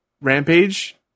Rampage